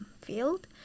field